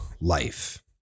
life